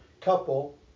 couple